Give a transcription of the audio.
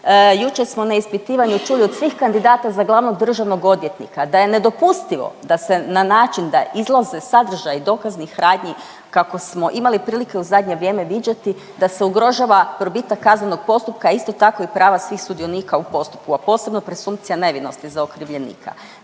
Jučer smo na ispitivanju čuli od svih kandidata za glavnog državnog odvjetnika da je nedopustivo da se na način da izlaze sadržaji dokaznih radnji kako smo imali prilike u zadnje vrijeme viđati da se ugrožava probitak kaznenog postupka, a isto tako i prava svih sudionika u postupku, a posebno presumpcija nevinosti za okrivljenika.